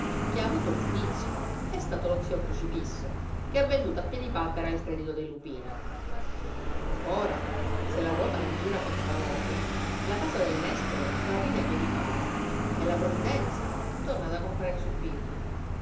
chi ha avuto giudizio è stato lo zio crocifisso che ha venduto a piedipapera il credito dei lupini ora se la ruota non gira pei malavoglia la casa del nespolo se la piglia piedipapera e la provvidenza torna da compare zuppiddu